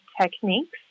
techniques